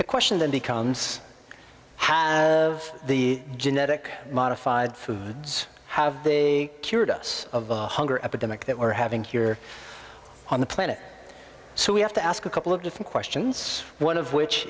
the question then becomes how of the genetic modified food have the curator of the hunger epidemic that we're having here on the planet so we have to ask a couple of different questions one of which